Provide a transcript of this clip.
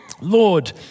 Lord